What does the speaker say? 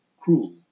cruel